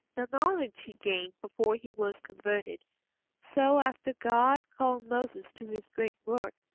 the knowledge he gained before he was converted so, after god called moses to his great work,